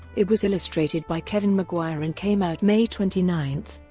it was illustrated by kevin maguire and came out may twenty nine,